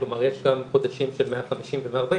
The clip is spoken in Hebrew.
כלומר יש גם חודשים של 150% ו-140%,